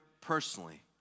personally